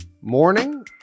morning